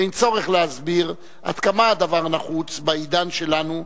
ואין צורך להסביר עד כמה הדבר נחוץ בעידן שלנו,